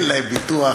ואין להם ביטוח,